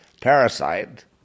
parasite